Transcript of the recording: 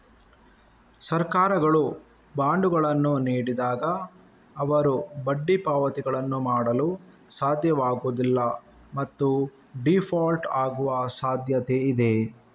ಸರ್ಕಾರಗಳು ಬಾಂಡುಗಳನ್ನು ನೀಡಿದಾಗ, ಅವರು ಬಡ್ಡಿ ಪಾವತಿಗಳನ್ನು ಮಾಡಲು ಸಾಧ್ಯವಾಗುವುದಿಲ್ಲ ಮತ್ತು ಡೀಫಾಲ್ಟ್ ಆಗುವ ಸಾಧ್ಯತೆಯಿದೆ